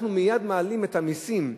אנחנו מייד מעלים את המסים,